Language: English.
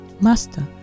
Master